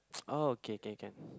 oh okay can can